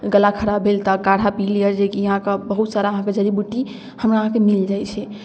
गला खराब भेल तऽ आब काढ़ा पी लिअऽ जेकि अहाँके बहुत सारा अहाँके जड़ी बूटी हमरा अहाँके मिलि जाइ छै